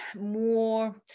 more